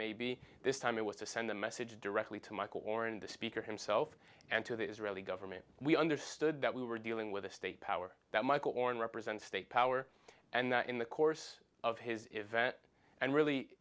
may be this time it was to send a message directly to michael oren the speaker himself and to the israeli government we understood that we were dealing with a state power that michael oren represents state power and that in the course of his event and really